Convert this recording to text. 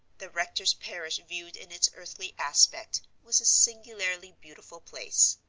the rector's parish viewed in its earthly aspect, was a singularly beautiful place.